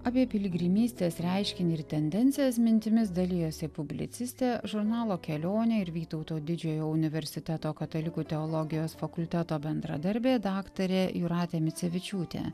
apie piligrimystės reiškinį ir tendencijas mintimis dalijosi publicistė žurnalo kelionė ir vytauto didžiojo universiteto katalikų teologijos fakulteto bendradarbė daktarė jūratė micevičiūtė